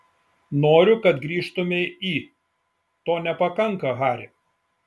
noriu kad grįžtumei į to nepakanka hari